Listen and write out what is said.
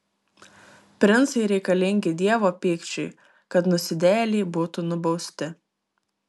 princai reikalingi dievo pykčiui kad nusidėjėliai būtų nubausti